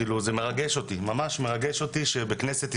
זה ממש מרגש אותי שבכנסת ישראל,